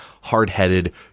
hard-headed